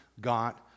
got